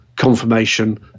confirmation